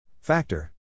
Factor